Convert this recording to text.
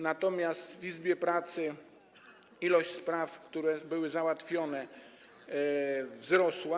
Natomiast w izbie pracy ilość spraw, które były załatwione, wzrosła.